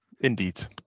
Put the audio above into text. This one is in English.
indeed